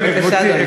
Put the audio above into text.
בבקשה, אדוני.